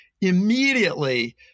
immediately